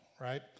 right